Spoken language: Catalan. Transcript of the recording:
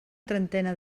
trentena